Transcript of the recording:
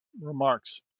remarks